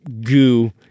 goo